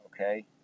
Okay